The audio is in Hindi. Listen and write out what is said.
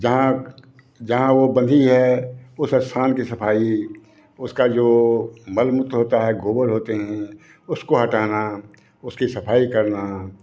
जहाँ जहाँ वो बंधी है उस स्थान की सफाई उसका जो मलमूत्र होता है गोबर होते हैं उसको हटाना उसकी सफाई करना